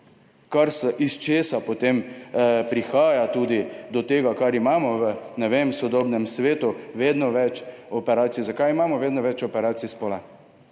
podlagi tega potem prihaja tudi do tega, da imamo v sodobnem svetu vedno več operacij. Zakaj imamo vedno več operacij spola?